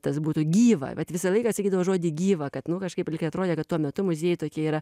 tas būtų gyva vat visą laiką sakydavo žodį gyva kad nu kažkaip lyg tai atrodė kad tuo metu muziejai tokie yra